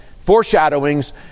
foreshadowings